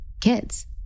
kids